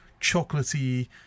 chocolatey